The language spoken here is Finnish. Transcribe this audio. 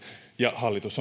ja hallitus